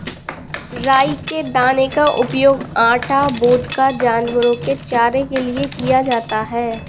राई के दाने का उपयोग आटा, वोदका, जानवरों के चारे के लिए किया जाता है